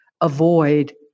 avoid